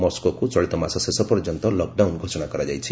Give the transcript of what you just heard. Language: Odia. ମସ୍କୋକୁ ଚଳିତ ମାସ ଶେଷ ପର୍ଯ୍ୟନ୍ତ ଲକଡାଉନ୍ ଘୋଷଣା କରାଯାଇଛି